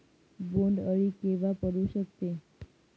बोंड अळी केव्हा पडू शकते?